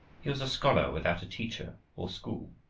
he was a scholar without a teacher or school.